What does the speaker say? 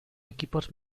equipos